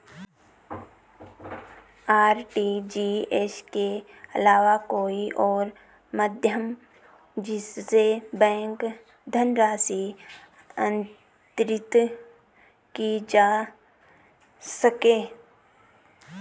RTGS के अलावा कोई और माध्यम जिससे बैंक धनराशि अंतरित की जा सके?